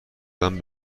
دادن